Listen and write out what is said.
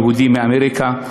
יהודי מאמריקה,